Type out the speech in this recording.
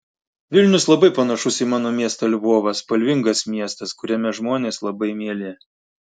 vilnius labai panašus į mano miestą lvovą spalvingas miestas kuriame žmonės labai mieli